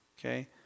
okay